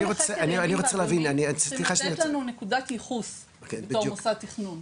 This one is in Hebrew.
צריכים לתת לנו נקודת ייחוס במוסד תכנון.